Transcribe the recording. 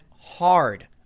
hard